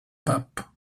pape